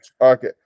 okay